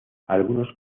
algunos